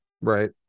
Right